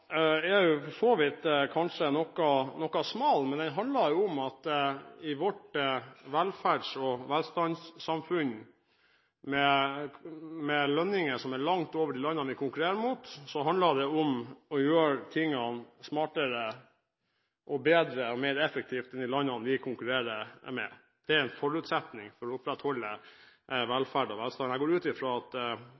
Saken er for så vidt noe smal, men i vårt velferdssamfunn, velstandssamfunn, med lønninger som er langt over lønningene i de landene vi konkurrerer med, handler det om å gjøre tingene smartere, bedre og mer effektivt enn de landene vi konkurrerer med. Det er en forutsetning for å opprettholde